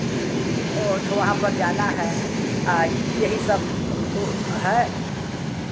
ओ थो वहाँ पर जाना है यही सब हो है